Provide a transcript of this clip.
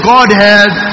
Godhead